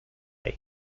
and